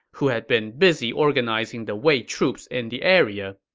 who had been busy organizing the wei troops in the area.